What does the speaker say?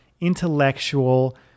intellectual